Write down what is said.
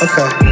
Okay